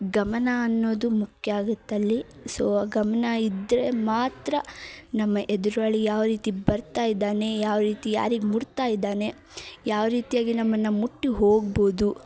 ಗಮನ ಅನ್ನೋದು ಮುಖ್ಯ ಆಗುತ್ತಲ್ಲಿ ಸೋ ಗಮನ ಇದ್ದರೆ ಮಾತ್ರ ನಮ್ಮ ಎದುರಾಳಿ ಯಾವ ರೀತಿ ಬರ್ತಾ ಇದ್ದಾನೆ ಯಾವ ರೀತಿ ಯಾರಿಗೆ ಮುಟ್ತಾ ಇದ್ದಾನೆ ಯಾವ ರೀತಿಯಾಗಿ ನಮ್ಮನ್ನು ಮುಟ್ಟಿ ಹೋಗ್ಬೋದು